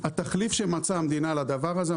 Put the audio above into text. התחליף שמצאה המדינה לדבר הזה,